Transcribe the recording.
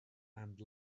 and